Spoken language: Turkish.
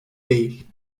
değil